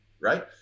right